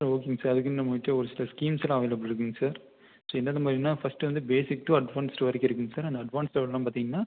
sir ஓகேங்க sir அதுக்குன்னு நம்மகிட்ட ஒரு சில ஸ்கீம்ஸ் எல்லாம் அவைலபிள் இருக்குங்க சார் சே என்னென்ன மாதிரினா ஃபர்ஸ்ட்டு வந்து பேசிக் டூ அட்வான்ஸ்டு வரைக்கும் இருக்குங்க சார் அண்ட் அட்வான்ஸ் லெவல்லாம் பாத்தீங்கனா